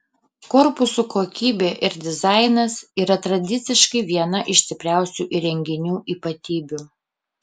korpusų kokybė ir dizainas yra tradiciškai viena iš stipriausių įrenginių ypatybių